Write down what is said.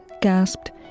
gasped